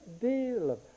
deal